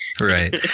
Right